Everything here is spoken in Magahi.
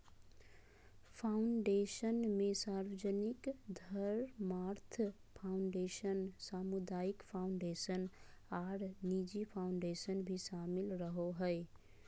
फ़ाउंडेशन मे सार्वजनिक धर्मार्थ फ़ाउंडेशन, सामुदायिक फ़ाउंडेशन आर निजी फ़ाउंडेशन भी शामिल रहो हय,